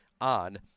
on